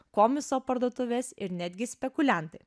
komiso parduotuvės ir netgi spekuliantai